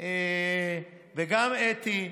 וגם אתי,